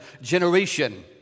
generation